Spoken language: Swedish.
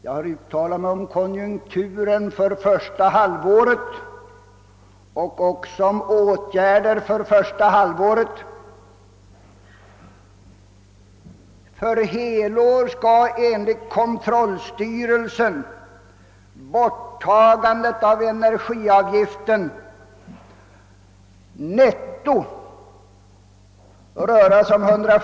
Jag har uttalat mig om konjunkturen för första halvåret och också om åtgärder för första halvåret. För helår skulle enligt kontrollstyrelsen borttagande av energiavgiften röra sig om netto 140 miljoner kronor.